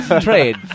trade